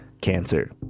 cancer